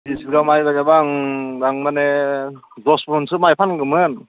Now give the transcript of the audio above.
बिस बिगा माइ गायोबा आं माने दसमनसो माइ फानगौमोन